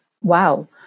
Wow